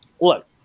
look